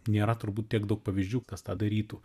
nėra turbūt tiek daug pavyzdžių kas tą darytų